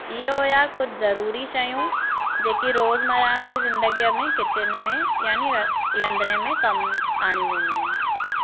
इहा हुआ कुझु ज़रूरी शयूं जेके रोज़ु मराम जी ज़िंदगीअ में किचन में यानी रंधणे में कमु आणियूं वेंदियूं आहिनि